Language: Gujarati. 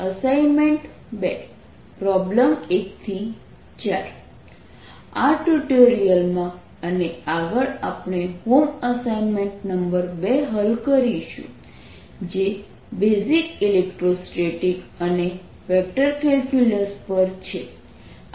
અસાઇનમેન્ટ 2 પ્રોબ્લેમ 1 4 આ ટ્યુટોરીયલમાં અને આગળ આપણે હોમ અસાઇનમેન્ટ નંબર 2 હલ કરીશું જે બેઝિક ઇલેક્ટ્રોસ્ટેટિક અને વેક્ટર કેલ્ક્યુલસ પર છે